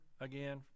again